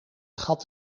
gat